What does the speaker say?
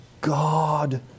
God